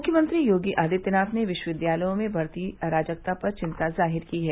मुख्यमंत्री योगी आदित्यनाथ ने विश्वविद्यालयों में बढ़ती अराजकता पर चिंता जाहिर की है